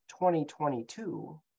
2022